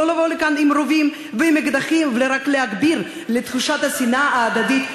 לא לבוא לכאן עם רובים ועם אקדחים ורק להגביר את תחושת השנאה ההדדית,